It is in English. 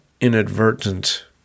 inadvertent